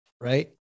Right